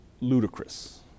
ludicrous